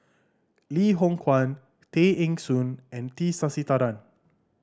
Loh Hoong Kwan Tay Eng Soon and T Sasitharan